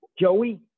Joey